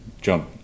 jump